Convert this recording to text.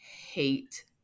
hate